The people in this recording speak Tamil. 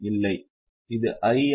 இல்லை அது 'i' ஆ